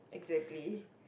exactly